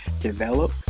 develop